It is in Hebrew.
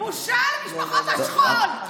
בושה למשפחות השכול.